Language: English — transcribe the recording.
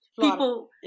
people